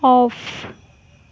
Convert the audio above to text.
off